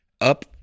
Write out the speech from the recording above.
up